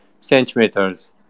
centimeters